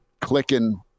clicking